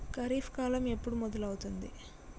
ఖరీఫ్ కాలం ఎప్పుడు మొదలవుతుంది?